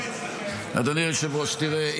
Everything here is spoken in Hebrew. תראה,